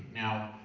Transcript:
now,